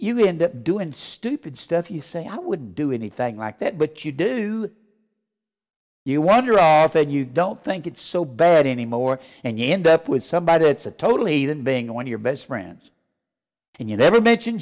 usually end up doing stupid stuff you say i wouldn't do anything like that but you do you wander off and you don't think it's so bad anymore and you end up with somebody that's a totally than being on your best friends and you never mention